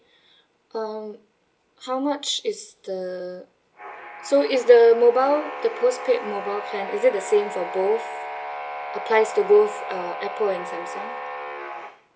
um how much is the so is the mobile the postpaid mobile plan is it the same for both applies to both uh apple and samsung